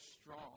strong